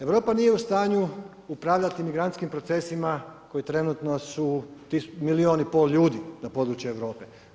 Europa nije u stanju upravljati migrantskim procesima koji trenutno su milijun i pol ljudi na području Europe.